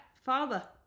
father